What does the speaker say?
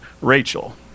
Rachel